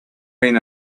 been